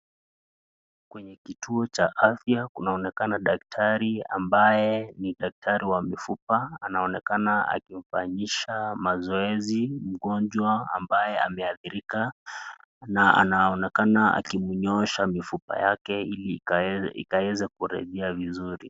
Kwenye kituo cha afya kunaonekana daktari ambaye ni daktari wa mifupa anaonekana akimfanyisha mazoezi mgonjwa ambaye ameadhirika na anaonekana akimnyoosha mifupa yake ili ikaeze kurejea vizuri.